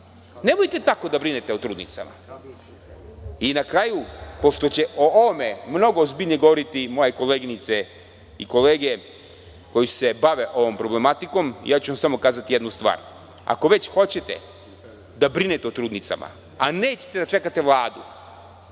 Nemojte tako da brinete o trudnicama. Na kraju, pošto će o ovome mnogo ozbiljnije govoriti moje koleginice i kolege koji se bave ovom problematikom, samo ću vam kazati jednu stvar. Ako već hoćete da brinete o trudnicama, a nećete da čekate Vladu